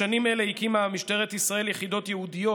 בשנים אלה הקימה משטרת ישראל יחידות ייעודיות